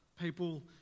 People